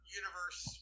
universe